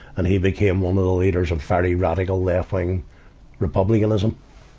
and he became one of the leaders of very radical left-wing republicanism.